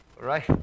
right